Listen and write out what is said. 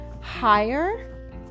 higher